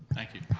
thank you.